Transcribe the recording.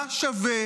מה שווה